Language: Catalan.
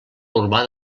urbà